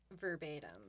verbatim